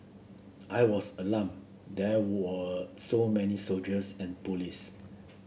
I was alarmed there were so many soldiers and police